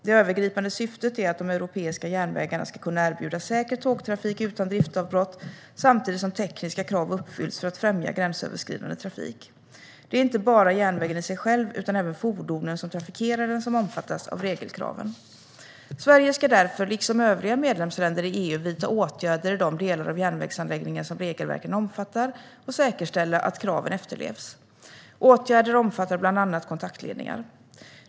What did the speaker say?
Det övergripande syftet är att de europeiska järnvägarna ska kunna erbjuda säker tågtrafik utan driftsavbrott samtidigt som tekniska krav uppfylls för att främja gränsöverskridande trafik. Det är inte bara järnvägen i sig själv utan även fordonen som trafikerar den som omfattas av regelkraven. Sverige ska därför liksom övriga medlemsländer i EU vidta åtgärder i de delar av järnvägsanläggningen som regelverken omfattar och säkerställa att kraven efterlevs. Åtgärder omfattar bland annat kontaktledningar.